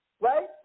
right